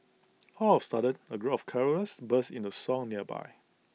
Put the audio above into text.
all of A sudden A group of carollers burst into song nearby